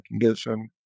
condition